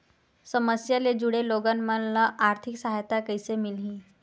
समस्या ले जुड़े लोगन मन ल आर्थिक सहायता कइसे मिलही?